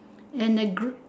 and the gr